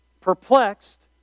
Perplexed